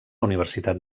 universitat